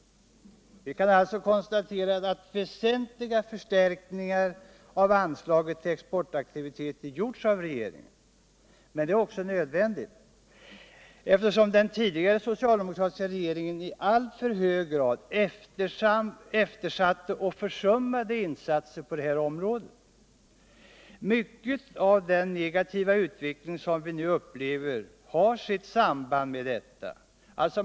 Vi kan alltså konstatera att väsentliga förstärkningar av anslaget till exportaktiviteter gjorts av regeringen. Men det är också nödvändigt eftersom den tidigare socialdemokratiska regeringen i alltför hög grad eftersatte och försummade insatser på detta område. Mycket av den negativa utveckling vi nu upplever har sitt samband med detta.